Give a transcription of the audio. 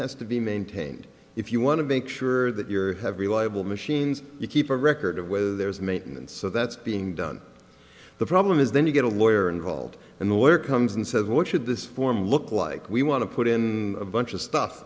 has to be maintained if you want to make sure that your have reliable machines you keep a record of whether there's maintenance so that's being done the problem is then you get a lawyer involved and the lawyer comes and says what should this form look like we want to put in a bunch of stuff